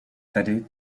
tedy